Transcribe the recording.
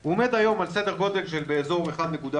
הוא עומד היום על סדר גודל של באזור 1.4%,